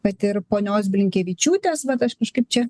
ir ponios blinkevičiūtės vat aš kažkaip čia atsiverčiau lentelę